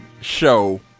show